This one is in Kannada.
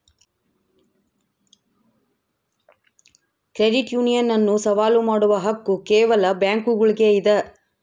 ಕ್ರೆಡಿಟ್ ಯೂನಿಯನ್ ಅನ್ನು ಸವಾಲು ಮಾಡುವ ಹಕ್ಕು ಕೇವಲ ಬ್ಯಾಂಕುಗುಳ್ಗೆ ಇದ